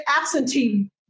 absentee